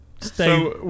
stay